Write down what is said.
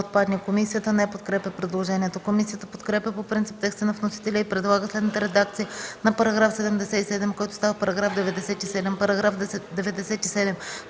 Комисията не подкрепя предложението. Комисията подкрепя по принцип текста на вносителя и предлага следната редакция на § 77, който става § 97: „§ 97.